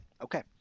Okay